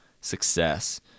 success